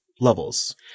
levels